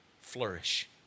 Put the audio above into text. flourish